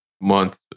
Month